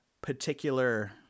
particular